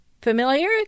Familiar